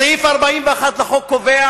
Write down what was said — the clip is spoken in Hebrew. סעיף 41 לחוק קובע,